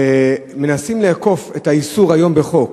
מנסים לעקוף את האיסור היום בחוק,